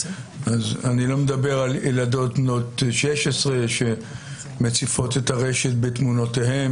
אני לא מדבר על ילדות בנות 16 שמציפות את הרשת בתמונותיהן,